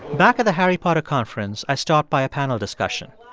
back at the harry potter conference, i stopped by a panel discussion.